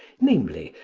namely,